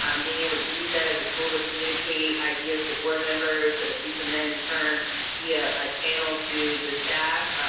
um being able to use that as a tool to communicate ideas to board members, so that we can then in turn be ah a channel to this staff,